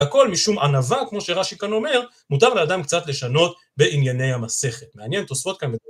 הכל משום ענווה, כמו שרש"י כאן אומר, מותר לאדם קצת לשנות בענייני המסכת. מעניין? תוספות כאן...